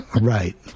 Right